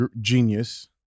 genius